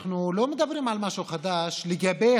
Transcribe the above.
אנחנו לא מדברים על משהו חדש לגבי